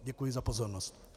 Děkuji za pozornost.